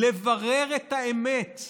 לברר את האמת,